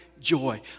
joy